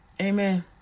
Amen